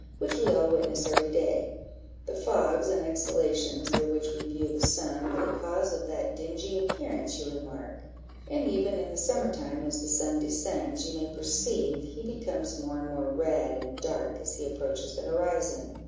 which we all witness every day the fogs and exhalations through which we view the sun are the cause of that dingy appearance you remark and even in the summer-time, as the sun descends, you may perceive he becomes more and more red and dark as he approaches the horizon.